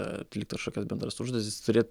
atlikt kažkokias bendras užduotis turėt